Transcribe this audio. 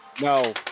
No